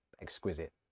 exquisite